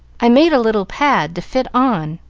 i made a little pad to fit on,